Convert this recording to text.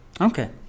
Okay